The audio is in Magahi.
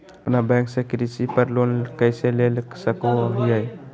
अपना बैंक से कृषि पर लोन कैसे ले सकअ हियई?